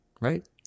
right